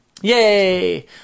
Yay